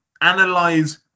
analyze